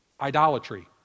Idolatry